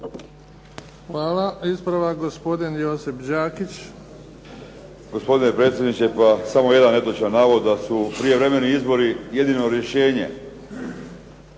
Hvala. Ispravak gospodin Josip Đakić.